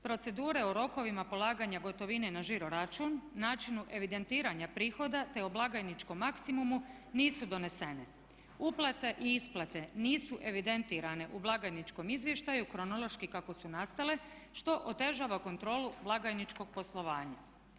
Procedure o rokovima polaganja gotovine na žiro račun, načinu evidentiranja prihoda te o blagajničkom maksimumu nisu donesene, uplate i isplate nisu evidentirane u blagajničkom izvještaju kronološki kako su nastale što otežava kontrolu blagajničkog poslovanja.